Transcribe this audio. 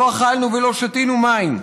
לא אכלנו ולא שתינו מים.